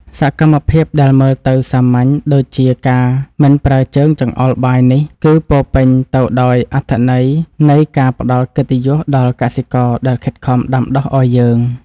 សកម្មភាពដែលមើលទៅសាមញ្ញដូចជាការមិនប្រើជើងចង្អុលបាយនេះ គឺ ពោរពេញទៅដោយអត្ថន័យនៃការផ្តល់កិត្តិយសដល់កសិករដែលខិតខំដាំដុះឱ្យយើង។